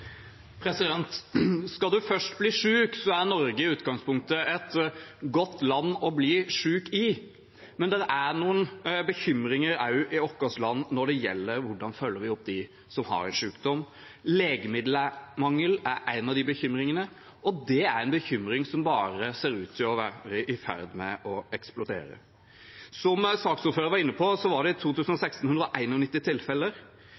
Norge i utgangspunktet et godt land å bli syk i. Men det er noen bekymringer også i vårt land når det gjelder hvordan vi følger opp de som har en sykdom. Legemiddelmangel er én av de bekymringene, og det er en bekymring som bare ser ut til å eksplodere. Som saksordføreren var inne på, var det i